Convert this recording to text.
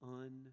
un